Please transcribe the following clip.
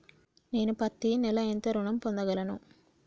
నేను పత్తి నెల ఎంత ఋణం పొందగలను?